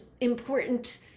important